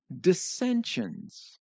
dissensions